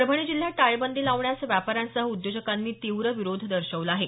परभणी जिल्ह्यात टाळेबंदी लावण्यास व्यापाऱ्यांसह उद्योजकांनी तीव्र विरोध दर्शवला आहे